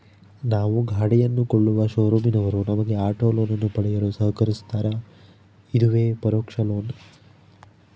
ನಾವು ಗಾಡಿಯನ್ನು ಕೊಳ್ಳುವ ಶೋರೂಮಿನವರು ನಮಗೆ ಆಟೋ ಲೋನನ್ನು ಪಡೆಯಲು ಸಹಕರಿಸ್ತಾರ, ಇದುವೇ ಪರೋಕ್ಷ ಲೋನ್